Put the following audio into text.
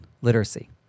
Literacy